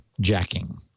jacking